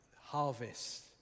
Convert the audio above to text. harvest